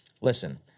Listen